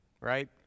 right